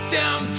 down